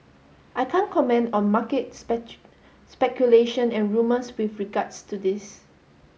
I can't comment on market speculation and rumours with regards to this